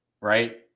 right